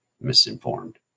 misinformed